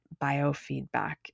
biofeedback